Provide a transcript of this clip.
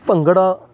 bhangra